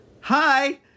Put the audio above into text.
Hi